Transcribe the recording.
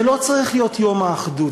זה לא צריך להיות יום האחדות,